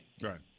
Right